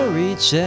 reach